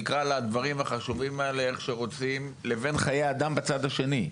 נקרא לדברים החשובים האלה איך שרוצים לבין חיי אדם בצד השני.